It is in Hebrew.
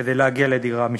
כדי להגיע לדירה משלו.